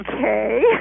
Okay